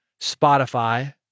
Spotify